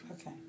Okay